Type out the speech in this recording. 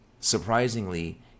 surprisingly